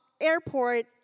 airport